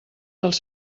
dels